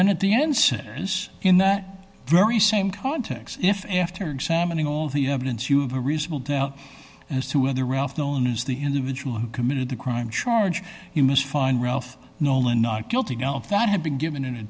then at the ends in that very same context if and afterwards and in all the evidence you've a reasonable doubt as to whether ralph known as the individual who committed the crime charge you must find ralph nolan not guilty no if that had been given in a